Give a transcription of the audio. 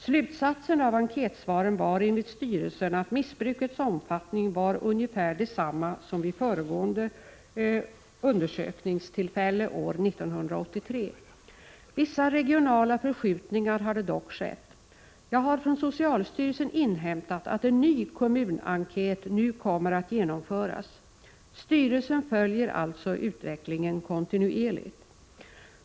Slutsatsen av enkätsvaren var enligt styrelsen att missbrukets omfattning var ungefär densamma som vid föregående undersökningstillfälle år 1983. Vissa regionala förskjutningar hade dock skett. Jag har från socialstyrelsen inhämtat att en ny kommunenkät nu kommer att genomföras. Styrelsen följer alltså utvecklingen kontinuerligt.